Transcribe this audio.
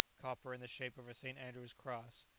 copper in the shape of a st. andrew's cross,